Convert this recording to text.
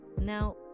Now